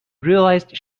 realized